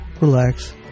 relax